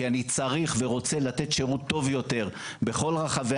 כי אני צריך ורוצה לתת שירות טוב יותר בכל רחבי